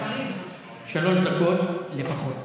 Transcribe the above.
שלוש דקות לפחות.